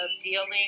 dealing